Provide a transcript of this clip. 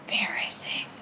embarrassing